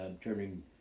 Turning